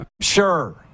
Sure